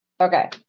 Okay